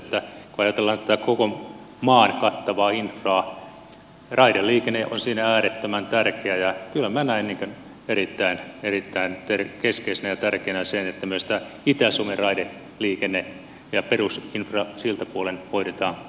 kun ajatellaan tätä koko maan kattavaa infraa raideliikenne on siinä äärettömän tärkeä ja kyllä minä näen erittäin keskeisenä ja tärkeänä sen että myös tämä itä suomen raideliikenne ja perusinfra siltä puolen hoidetaan kuntoon